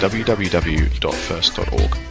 www.first.org